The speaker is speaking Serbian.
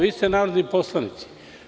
Vi ste narodni poslanici.